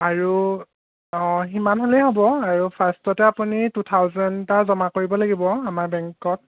আৰু অঁ সিমান হ'লে হ'ব আৰু ফাৰ্ষ্টতে আপুনি টু থাউজেণ্ড এটা জমা কৰিব লাগিব আমাৰ বেংকত